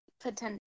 potential